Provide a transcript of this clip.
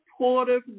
Supportive